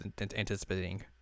anticipating